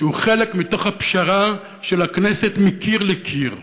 שהוא חלק מתוך הפשרה של הכנסת מקיר לקיר,